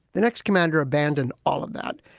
the next commander abandoned all of that.